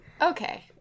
Okay